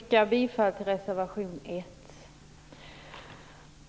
Herr talman! Jag yrkar bifall till reservation 1.